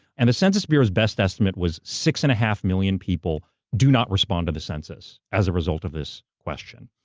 and the census bureau's best estimate was six and a half million people do not respond to the census as a result of this question.